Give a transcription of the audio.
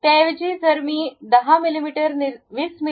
त्याऐवजी जर मी २० मि